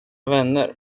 vänner